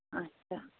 اَچھا